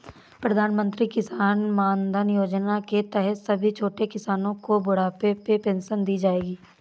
प्रधानमंत्री किसान मानधन योजना के तहत सभी छोटे किसानो को बुढ़ापे में पेंशन दी जाएगी